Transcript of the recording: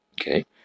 Okay